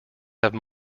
have